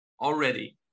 already